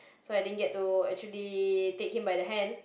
so I didn't get to actually take him by the hand